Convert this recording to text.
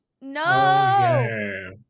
No